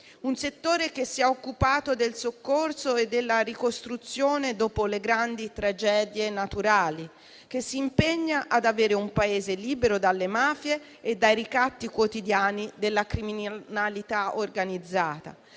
un settore che si è occupato del soccorso e della ricostruzione dopo le grandi tragedie naturali, che si impegna ad avere un Paese libero dalle mafie e dai ricatti quotidiani della criminalità organizzata;